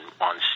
on